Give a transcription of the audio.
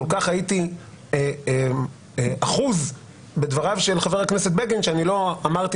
כל כך הייתי אחוז בדבריו של חבר הכנסת בגין שלא אמרתי